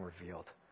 revealed